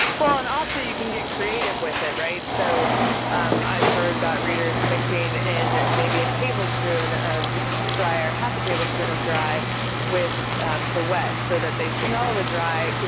well, and also you can get creative with it, right? so i've heard about readers mixing in maybe a tablespoon of dry or half a tablespoon of dry with the wet so that they smell the dry,